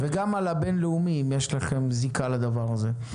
אם יש לכם זיקה לדבר הזה.